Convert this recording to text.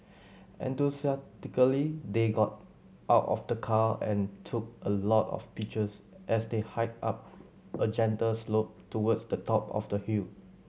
enthusiastically they got out of the car and took a lot of pictures as they hiked up a gentle slope towards the top of the hill